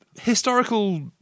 Historical